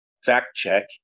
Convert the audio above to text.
fact-check